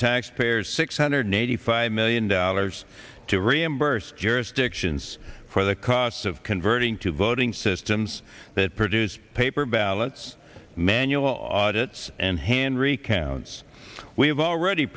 taxpayers six hundred eighty five million dollars to reimburse jurisdictions for the costs of converting to voting systems that produce paper ballots manual audit's and hand recounts we have already